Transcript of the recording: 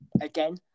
again